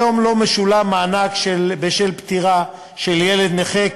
כיום לא משולם מענק בשל פטירתו של ילד נכה,